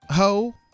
Ho